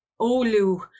Olu